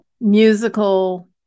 musical